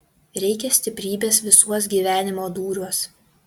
reikia stiprybės visuos gyvenimo dūriuos